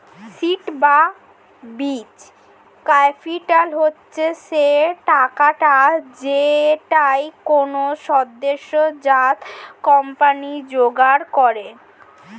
seed বা বীজ capital হচ্ছে সেই টাকাটা যেইটা কোনো সদ্যোজাত কোম্পানি জোগাড় করে